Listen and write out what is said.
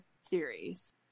series